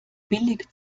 billig